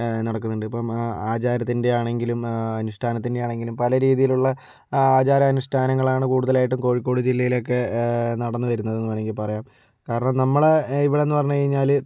നടക്കുന്നുണ്ട് ഇപ്പോൾ ആചാരത്തിൻ്റെ ആണെങ്കിലും അനുഷ്ഠാനത്തിൻ്റെ ആണെങ്കിലും പല രീതിയിലുള്ള ആചാര അനുഷ്ഠാനങ്ങളാണ് കൂടുതലായിട്ടും കോഴിക്കോട് ജില്ലയിലൊക്കെ നടന്ന് വരുന്നത് എന്ന് വേണമെങ്കിൽ പറയാം കാരണം നമ്മളെ ഇവിടെ എന്ന് പറഞ്ഞ് കഴിഞ്ഞാൽ